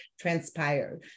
transpired